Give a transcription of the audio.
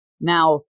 Now